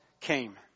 came